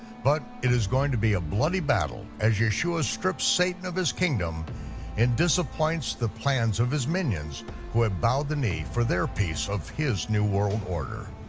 but it is going to be a bloody battle as yeshua strips satan of his kingdom and disappoints the plans of his minions who have bowed the knee for their piece of his new world order.